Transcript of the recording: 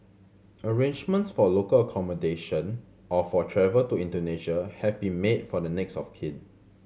arrangements for local accommodation or for travel to Indonesia have been made for the next of kin